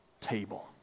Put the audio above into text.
table